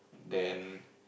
then